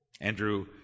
Andrew